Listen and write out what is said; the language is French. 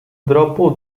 drapeau